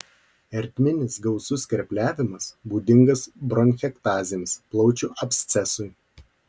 ertminis gausus skrepliavimas būdingas bronchektazėms plaučių abscesui